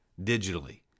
digitally